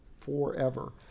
forever